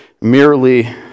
merely